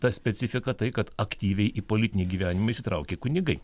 ta specifika tai kad aktyviai į politinį gyvenimą įsitraukė kunigai